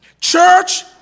Church